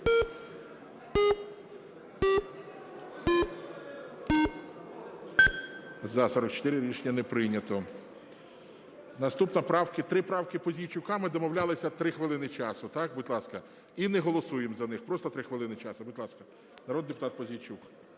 За-44 Рішення не прийнято. Наступні правки - 3 правки Пузійчука, ми домовлялися 3 хвилини часу. Так? Будь ласка. І не голосуємо за них, просто 3 хвилини часу. Будь ласка, народний депутата Пузійчук.